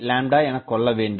e எனக்கொள்ள வேண்டும்